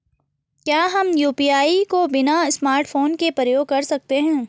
क्या हम यु.पी.आई को बिना स्मार्टफ़ोन के प्रयोग कर सकते हैं?